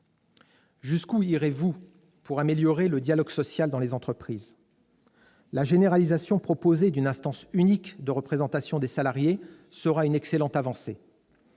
Jusqu'où irez-vous pour améliorer le dialogue social dans les entreprises ? La généralisation proposée d'une instance unique de représentation des salariés sera une excellente avancée.